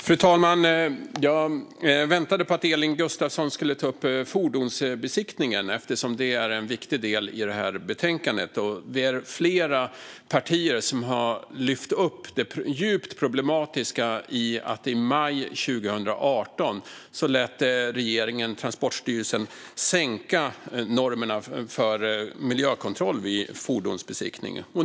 Fru talman! Jag väntade på att Elin Gustafsson skulle ta upp fordonsbesiktningen, eftersom det är en viktig del i det här betänkandet. Det är flera partier som har lyft upp det djupt problematiska i att regeringen i maj 2018 lät Transportstyrelsen sänka normerna för miljökontroll vid fordonsbesiktningen.